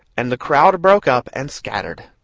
and the crowd broke up and scattered.